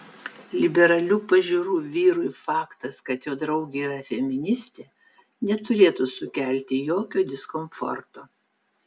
liberalių pažiūrų vyrui faktas kad jo draugė yra feministė neturėtų sukelti jokio diskomforto